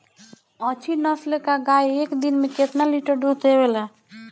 अच्छी नस्ल क गाय एक दिन में केतना लीटर दूध देवे ला?